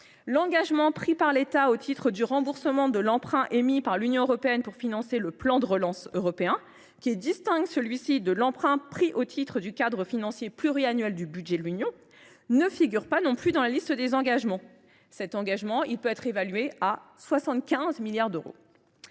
l’engagement pris par l’État au titre du remboursement de l’emprunt émis par l’Union européenne pour financer le plan de relance européen, qui est distinct de l’emprunt contracté au titre du cadre financier pluriannuel du budget de l’Union européenne, ne figure pas dans la liste des engagements. Or son montant peut être évalué à 75 milliards d’euros !